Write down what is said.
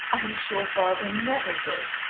i'm sure barbara never would,